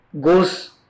goes